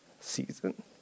season